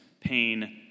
pain